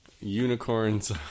Unicorns